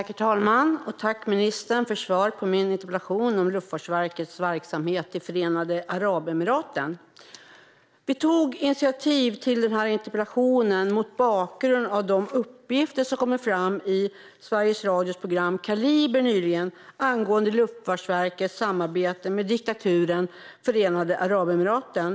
Herr talman! Jag tackar ministern för svaret på min interpellation om Luftfartsverkets verksamhet i Förenade Arabemiraten. Vi tog initiativ till denna interpellation mot bakgrund av de uppgifter som kom fram i Sveriges Radios program Kaliber nyligen angående Luftfartsverkets samarbete med diktaturen Förenade Arabemiraten.